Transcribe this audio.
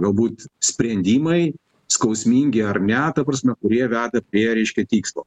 galbūt sprendimai skausmingi ar ne ta prasme kurie veda prie reiškia tikslo